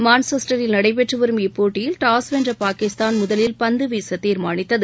மான்செஸ்டரில் நடைபெற்றுவரும் இப்போட்டியில் டாஸ் வென்றபாகிஸ்தான் முதலில் பந்துவீசதீர்மானித்தது